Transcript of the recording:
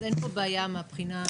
אז אין פה בעיה מהבחינה הזו.